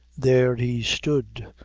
there he stood,